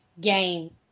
game